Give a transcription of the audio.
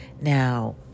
Now